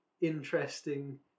interesting